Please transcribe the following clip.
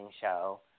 show